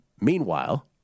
Meanwhile